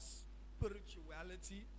spirituality